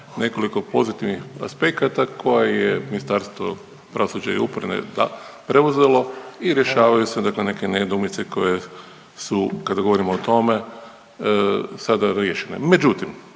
nekoliko pozitivnih aspekata koje je Ministarstvo pravosuđa i uprave preuzelo i rješavaju se, dakle neke nedoumice koje su kada govorimo o tome sada riješene.